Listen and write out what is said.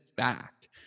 fact